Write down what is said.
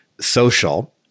social